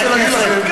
חברי הכנסת,